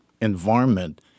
environment